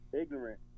ignorant